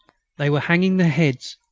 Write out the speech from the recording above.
they were hanging their heads,